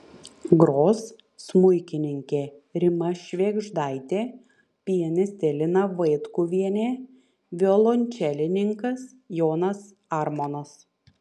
gros smuikininkė rima švėgždaitė pianistė lina vaitkuvienė violončelininkas jonas armonas